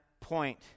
point